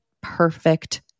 perfect